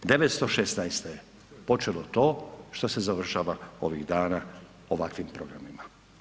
1916. je počelo to što se završava ovih dana ovakvim programima.